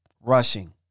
rushing